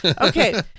Okay